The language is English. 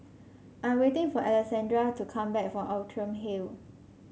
I'm waiting for Alexandrea to come back from Outram Hill